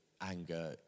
anger